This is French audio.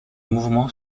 mouvement